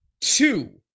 two